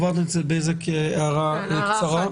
חברת הכנסת בזק הערה קצרה.